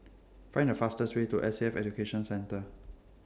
Find The fastest Way to S A F Education Centre